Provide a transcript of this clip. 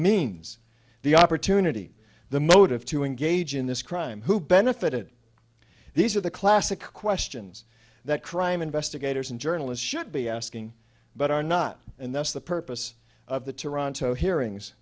means the opportunity the motive to engage in this crime who benefited these are the classic questions that crime investigators and journalists should be asking but are not and that's the purpose of the toronto hearings